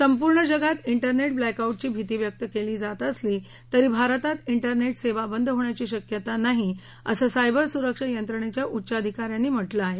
संपूर्ण जगात डेरनेट ब्लॅक आऊटची भीती व्यक्त केली जात असली तरी भारतात डेरनेट सेवा बंद होण्याची शक्यता नाही असं सायबर सुरक्षा यंत्रणेच्या उच्चाधिका यानं म्हटलं आहे